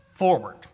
forward